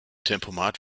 tempomat